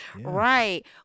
Right